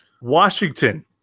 Washington